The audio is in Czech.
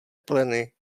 pleny